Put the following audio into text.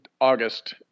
August